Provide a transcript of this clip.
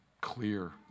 clear